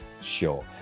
Sure